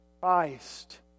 Christ